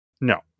No